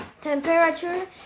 Temperature